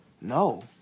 No